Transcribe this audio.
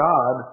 God